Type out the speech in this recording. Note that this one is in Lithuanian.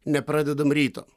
nepradedam ryto